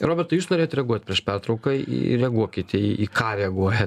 robertai jūs norėjot reaguot prieš pertrauką į reaguokit į į ką reaguoja